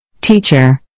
Teacher